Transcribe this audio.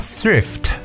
Thrift